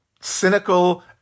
cynical